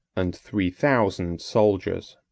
and three thousand soldiers.